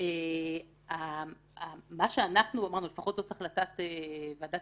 מה שאנחנו אמרנו לפחות זאת החלטת ועדת